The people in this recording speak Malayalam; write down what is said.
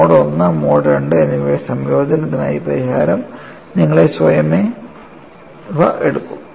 മോഡ് I മോഡ് II എന്നിവയുടെ സംയോജനത്തിനായി പരിഹാരം നിങ്ങളെ സ്വയമേവ എടുക്കും